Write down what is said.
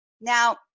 Now